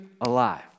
alive